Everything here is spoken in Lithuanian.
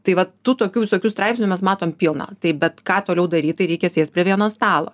tai vat tų tokių visokių straipsnių mes matom pilna tai bet ką toliau daryt tai reikia sėst prie vieno stalo